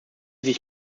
sich